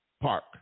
Park